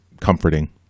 comforting